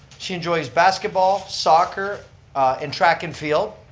she enjoys basketball, soccer and track and field.